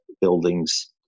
buildings